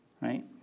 right